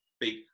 big